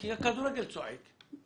כי הכדורגל צועק.